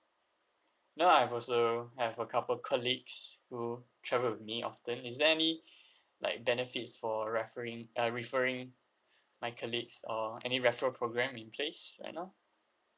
and I've also have a couple colleagues who travel with me often is there any like benefits for referring uh referring my colleagues or any referral programme in place right now